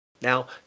now